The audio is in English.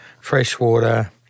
Freshwater